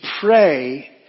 pray